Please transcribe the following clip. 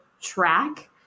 track